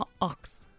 Ox